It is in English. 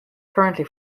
currently